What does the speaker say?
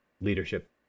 leadership